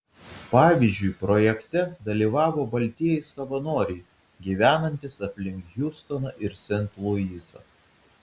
pavyzdžiui projekte dalyvavo baltieji savanoriai gyvenantys aplink hjustoną ir sent luisą